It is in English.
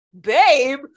babe